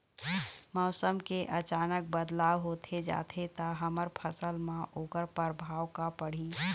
मौसम के अचानक बदलाव होथे जाथे ता हमर फसल मा ओकर परभाव का पढ़ी?